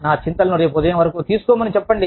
నా చింతలను రేపు ఉదయం వరకు తీసుకోమని చెప్పండి